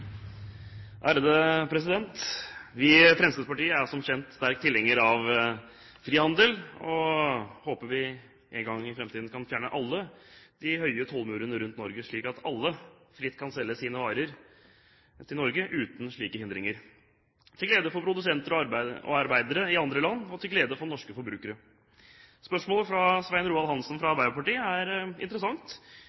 som kjent sterke tilhengere av frihandel og håper vi en gang i framtiden kan fjerne alle de høye tollmurene rundt Norge, slik at alle fritt kan selge sine varer til Norge uten slike hindringer, til glede for produsenter og arbeidere i andre land og til glede for norske forbrukere. Spørsmålet fra Svein Roald Hansen fra